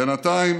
בינתיים